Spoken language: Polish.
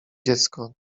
dziecko